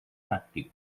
pràctic